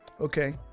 Okay